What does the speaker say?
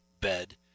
bed